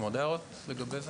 עוד הערות לגבי זה?